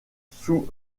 sous